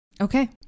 Okay